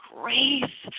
grace